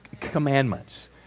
commandments